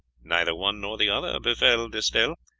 neither one nor the other befell, d'estelle.